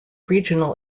regional